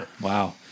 Wow